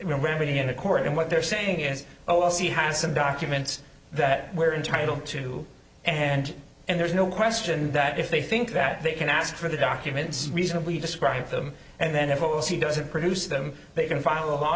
remedy in a court and what they're saying is well see has some documents that we're entitle to and and there's no question that if they think that they can ask for the documents reasonably describe them and then if o c doesn't produce them they can file a law